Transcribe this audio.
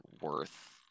worth